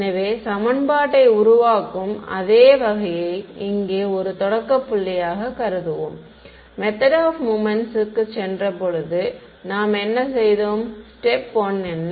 எனவே சமன்பாட்டை உருவாக்கும் அதே வகையை இங்கே ஒரு தொடக்க புள்ளியாக கருதுவோம் மெத்தட் ஆஃப் மொமெண்ட்ஸ்க்கு சென்றபோது நாம் என்ன செய்தோம் ஸ்டேப் 1 என்ன